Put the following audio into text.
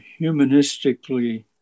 humanistically